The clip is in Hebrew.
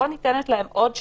פה ניתנת להם עוד שהות,